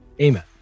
Amen